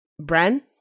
Bren